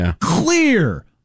Clear